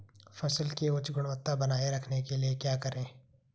फसल की उच्च गुणवत्ता बनाए रखने के लिए क्या करें?